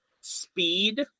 speed